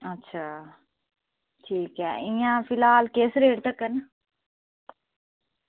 अच्छा ते इंया फिलहाल केह् रेट तगर न